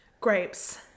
Grapes